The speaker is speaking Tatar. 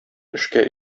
эшкә